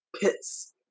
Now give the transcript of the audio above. pits